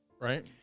Right